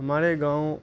ہمارے گاؤں